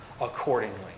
accordingly